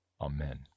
Amen